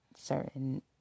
certain